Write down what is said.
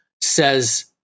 says